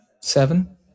seven